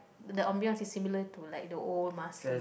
the ambience is similar to like the old Marsiling